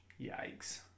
Yikes